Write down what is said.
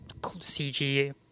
CG